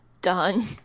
done